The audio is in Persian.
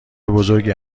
بزرگی